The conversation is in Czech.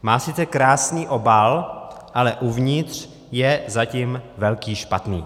Má sice krásný obal, ale uvnitř je zatím velký špatný.